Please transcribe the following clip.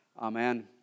Amen